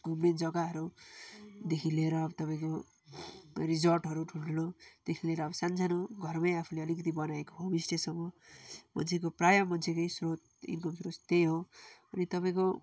घुम्ने जग्गाहरूदेखि लिएर तपाईँको रिजर्टहरू ठुल्ठुलोदेखि लिएर अब सानो सानो घरमै आफूले अलिकति बनाएको होमस्टोसम्म मान्छेको प्राय मान्छे कै स्रोत इन्कम स्रोत त्यही हो अनि तपाईँको